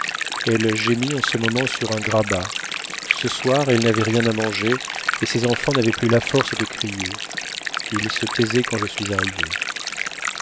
elle gémit en ce moment sur un grabat ce soir elle n'avait rien à manger et ses enfants n'avaient plus la force de crier ils se taisaient quand je suis arrivé